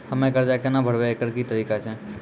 हम्मय कर्जा केना भरबै, एकरऽ की तरीका छै?